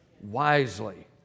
wisely